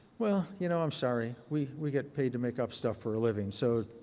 well, you know, i'm sorry, we we get paid to make up stuff for a living. so,